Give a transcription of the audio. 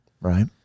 Right